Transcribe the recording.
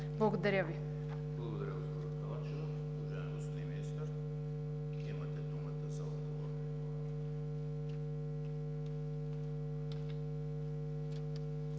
Благодаря Ви.